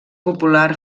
popular